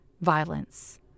violence